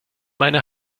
meine